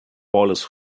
paulus